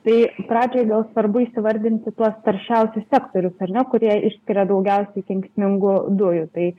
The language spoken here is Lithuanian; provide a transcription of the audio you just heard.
tai pradžiai svarbu įsivardinti tuos taršiausius sektorius ar ne kurie išskiria daugiausiai kenksmingų dujų tai